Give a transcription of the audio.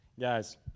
Guys